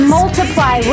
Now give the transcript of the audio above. multiply